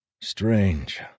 Strange